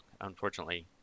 unfortunately